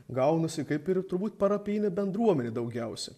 gaunasi kaip ir turbūt parapijinė bendruomenė daugiausia